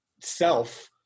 self